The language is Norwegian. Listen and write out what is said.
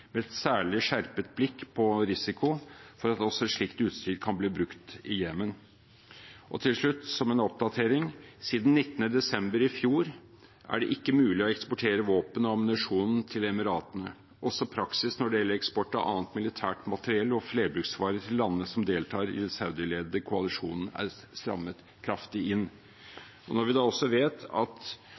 med et særlig skjerpet blikk på risikoen for at slikt utstyr kan bli brukt i Jemen. Til slutt, som en oppdatering: Siden 19. desember i fjor har det ikke vært mulig å eksportere våpen og ammunisjon til De forente arabiske emirater. Også praksisen når det gjelder eksport av annet militært materiell og flerbruksvarer til landene som deltar i den saudiledede koalisjonen, er strammet kraftig inn.